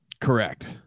Correct